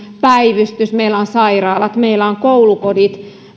päivystys meillä on sairaalat meillä on koulukodit